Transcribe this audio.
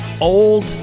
old